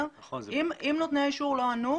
אם נותני האישור לא ענו,